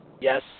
Yes